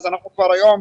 אנחנו כבר היום,